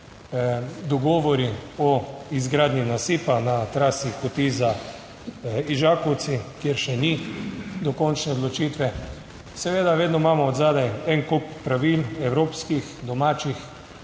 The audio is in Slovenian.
dogovori o izgradnji nasipa na trasi Hotiza-Ižakovci, kjer še ni dokončne odločitve, seveda, vedno imamo od zadaj en kup pravil, evropskih, domačih,